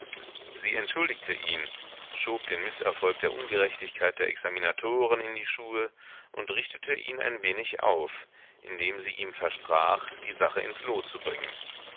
sie entschuldigte ihn schob den mißerfolg der ungerechtigkeit der examinatoren in die schuhe und richtete ihn ein wenig auf indem sie ihm versprach die sache ins lot zu bringen